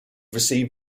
received